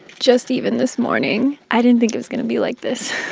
just even this morning, i didn't think it was going to be like this